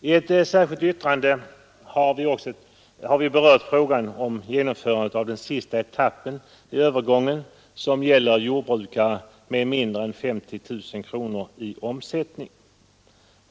I ett särskilt yttrande har vi berört frågan om genomförandet av den sista etappen i övergången, som gäller jordbrukare med mindre än 50 000 kronor i omsättning.